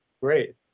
great